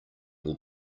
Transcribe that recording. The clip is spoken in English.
will